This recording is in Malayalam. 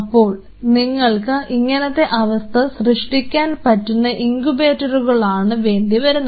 അപ്പോൾ നിങ്ങൾക്ക് ഇങ്ങനത്തെ അവസ്ഥ സൃഷ്ടിക്കാൻ പറ്റുന്ന ഇങ്കുബേറ്ററുകളാണ് വേണ്ടിവരുന്നത്